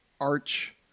arch